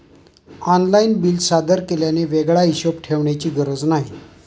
online bill सादर केल्याने वेगळा हिशोब ठेवण्याची गरज नाही